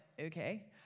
okay